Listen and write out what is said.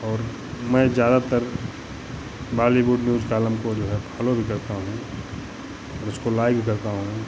और मैं ज़्यादातर बॉलीवुड में उस कॉलम को जो है फॉलो भी करता हूँ और उसको लाइक भी करता हूँ